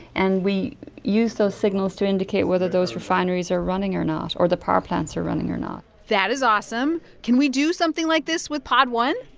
and we use those signals to indicate whether those refineries are running or not or the power plants are running or not that is awesome. can we do something like this with pod one?